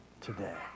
today